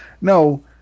no